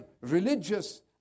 religious